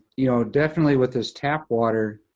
you know, definitely with this tap water.